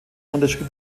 unterschrieb